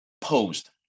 posed